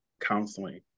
counseling